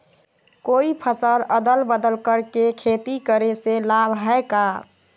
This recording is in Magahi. कोई फसल अदल बदल कर के खेती करे से लाभ है का?